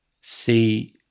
see